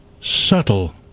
subtle